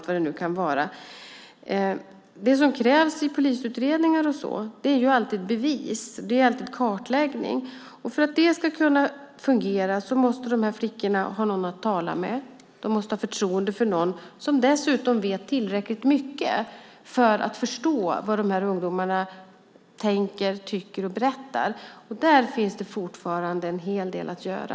Det som krävs i polisutredningar är alltid bevis och kartläggning. För att det ska kunna fungera måste de här flickorna ha någon att tala med. De måste ha förtroende för någon som vet tillräckligt mycket för att förstå vad de tänker, tycker och berättar. Där finns det fortfarande en hel del att göra.